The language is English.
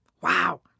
Wow